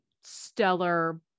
stellar